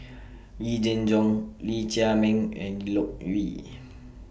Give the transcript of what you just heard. Yee Jenn Jong Lee Chiaw Meng and Loke Yew